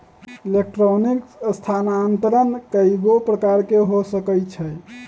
electronic स्थानान्तरण कएगो प्रकार के हो सकइ छै